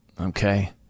Okay